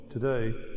today